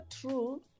true